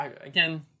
again